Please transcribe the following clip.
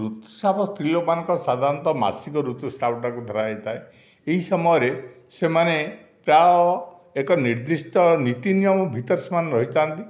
ଋତୁସ୍ରାବ ସ୍ତ୍ରୀଲୋକଙ୍କ ସାଧାରଣତଃ ମାସିକ ଋତୁସ୍ରାବଟାକୁ ଧରା ଯାଇଥାଏ ଏହି ସମୟରେ ସେମାନେ ତାର ଏକ ନିର୍ଦ୍ଧିଷ୍ଟ ନୀତିନିୟମ ଭିତରେ ସେମାନେ ରହିଥାନ୍ତି